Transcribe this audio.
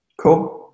Cool